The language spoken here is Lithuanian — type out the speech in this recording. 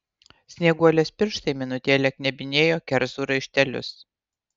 snieguolės pirštai minutėlę knebinėjo kerzų raištelius